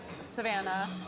Savannah